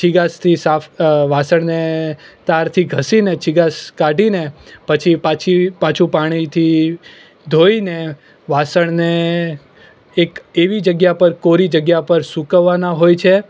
ચિકાસથી સાફ વાસણને તારથી ઘસીને ચિકાસ કાઢીને પછી પાછી પાછું પાણીથી ધોઈને વાસણને એક એવી જગ્યા પર કોરી જગ્યા પર સૂકવવાના હોય છે